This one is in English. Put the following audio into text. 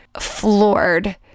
floored